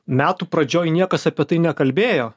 metų pradžioj niekas apie tai nekalbėjo